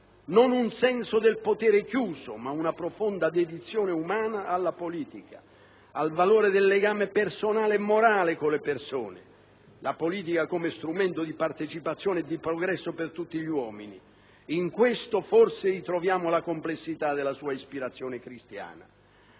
Non un senso del potere chiuso, ma una profonda dedizione umana alla politica, al valore del legame personale e morale con le persone: la politica come strumento di partecipazione e di progresso per tutti gli uomini. In questo forse ritroviamo la complessità della sua ispirazione cristiana.